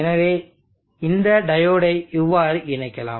எனவே இந்த டையோடை இவ்வாறு இணைக்கலாம்